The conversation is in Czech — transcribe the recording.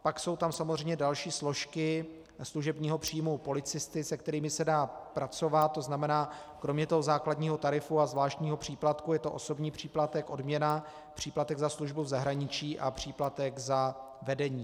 Pak jsou tam další složky služebního příjmu policisty, se kterými se dá pracovat, to znamená kromě základního tarifu a zvláštního příplatku je to osobní příplatek, odměna, příplatek za službu v zahraničí a příplatek za vedení.